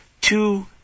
two